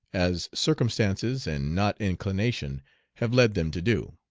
as circumstances and not inclination have led them to do.